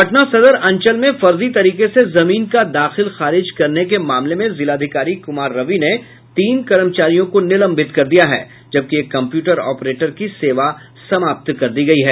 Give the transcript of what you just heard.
पटना सदर अंचल में फर्जी तरीके से जमीन का दाखिल खारिज करने के मामले में जिलाधिकार कुमार रवि ने तीन कर्मचारियों को निलंबित कर दिया जबकि एक कम्प्यूटर ऑपरेटर की सेवा समाप्त कर दी गयी है